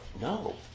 no